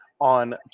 on